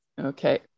Okay